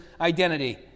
identity